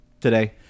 today